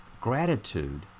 gratitude